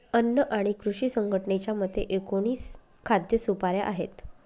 अन्न आणि कृषी संघटनेच्या मते, एकोणीस खाद्य सुपाऱ्या आहेत